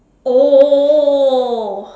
oh oh oh